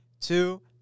two